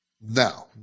Now